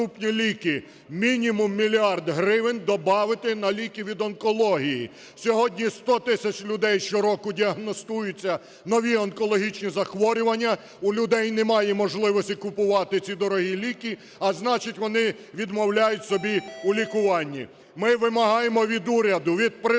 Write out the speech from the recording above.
"Доступні ліки", мінімум мільярд гривень добавити на ліки від онкології. Сьогодні сто тисяч людей щороку діагностуються нові онкологічні захворювання, у людей немає можливості купувати ці дорогі ліки, а значить, вони відмовляють собі у лікуванні. Ми вимагаємо від уряду, від Президента